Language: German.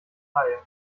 reihe